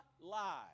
lie